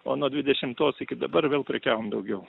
o nuo dvidešimtos iki dabar vėl prekiavom daugiau